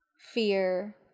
fear